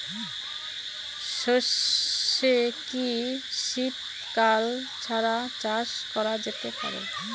সর্ষে কি শীত কাল ছাড়া চাষ করা যেতে পারে?